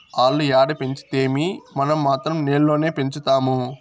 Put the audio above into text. ఆల్లు ఏడ పెంచితేమీ, మనం మాత్రం నేల్లోనే పెంచుదాము